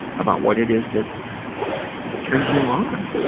about what it is that turns you on.